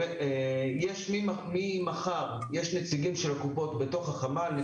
החל ממחר יהיו נציגים של הקופות בחמ"ל,